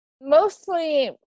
Mostly